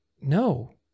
No